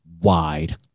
wide